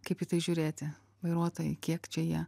kaip į tai žiūrėti vairuotojai kiek čia jie